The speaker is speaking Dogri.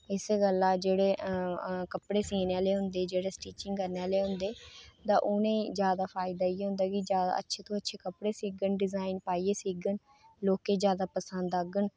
इस गल्ला जेह्ड़े कपड़े सीने आह्ले होंदे कपड़े स्टिचिंग करने आह्ले होंदे ते उ'नेंगी फायदा इ'यै होंदा कि जादै कोला जादै अच्छे कपड़े सीङन अच्छे डिजाईन पाइयै सीङन लोकें गी जादै पसंद आङन